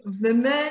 women